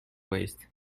waste